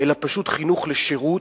אלא פשוט חינוך לשירות,